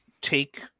take